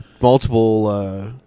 Multiple